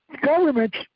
Governments